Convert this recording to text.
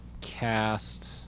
Cast